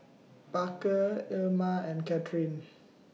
Parker Ilma and Kathrine